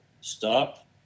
stop